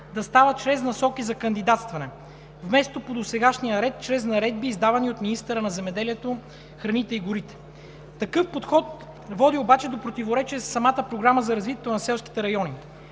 да става чрез насоки за кандидатстване, вместо по досегашния ред – чрез наредби, издавани от министъра на земеделието, храните и горите. Такъв подход води до противоречие със самата Програма за развитието на селските райони.